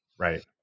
Right